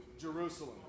Jerusalem